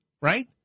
right